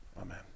amen